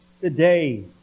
Today